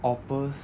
awpers